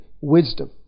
wisdom